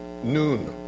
noon